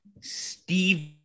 Steve